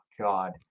god